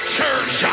church